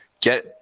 get